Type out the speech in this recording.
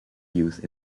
youth